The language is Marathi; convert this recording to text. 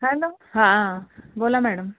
हॅलो हां बोला मॅडम